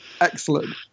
Excellent